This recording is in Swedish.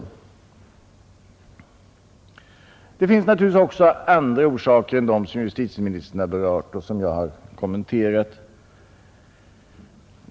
Givetvis finns det också andra orsaker till den ökade brottsligheten än de som justitieministern nämnt och som jag här har kommenterat.